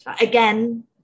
again